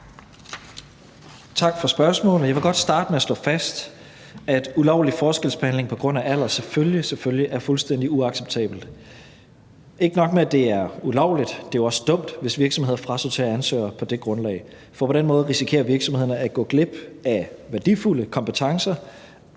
Tak for spørgsmålet. Jeg vil godt starte med at slå fast, at ulovlig forskelsbehandling på grund af alder selvfølgelig, selvfølgelig er fuldstændig uacceptabelt. Ikke nok med at det er ulovligt, det er også dumt, hvis virksomheder frasorterer ansøgere på det grundlag, for på den måde risikerer virksomhederne at gå glip af værdifulde kompetencer